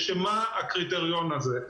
לשם מה הקריטריון הזה?